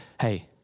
hey